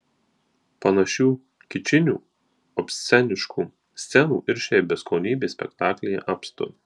panašių kičinių obsceniškų scenų ir šiaip beskonybės spektaklyje apstu